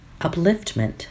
upliftment